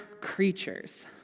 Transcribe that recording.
creatures